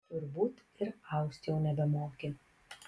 turbūt ir aust jau nebemoki